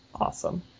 awesome